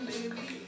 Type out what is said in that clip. Baby